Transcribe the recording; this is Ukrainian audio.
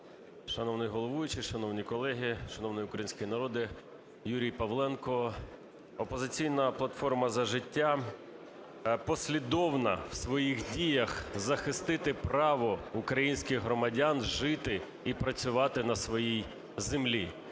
Шановний головуючий, шановні колеги, шановний український народе! Юрій Павленко. "Опозиційна платформа - За життя" послідовна у своїх діях захистити право українських громадян жити і працювати на своїй землі.